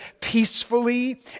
peacefully